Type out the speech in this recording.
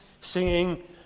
singing